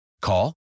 Call